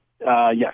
Yes